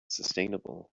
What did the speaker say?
sustainable